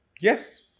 Yes